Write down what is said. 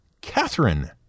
Catherine